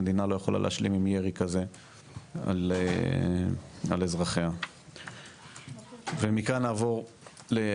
המדינה לא יכולה להשלים עם ירי כזה על אזרחיה ומכאן נעבור לעניינו,